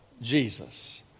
Jesus